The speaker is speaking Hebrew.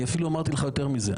אפילו אמרתי לך יותר מזה,